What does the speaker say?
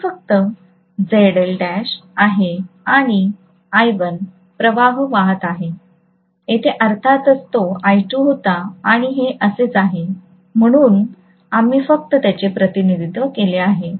येथे फक्त ZL' आहे आणि I1 प्रवाह वाहात आहे येथे अर्थातच तो I2 होता आणि हे असेच आहे म्हणून आम्ही फक्त त्याचे प्रतिनिधित्व केले आहे